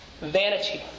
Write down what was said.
vanity